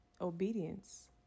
obedience